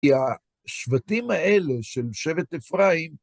כי השבטים האלה של שבט אפרים,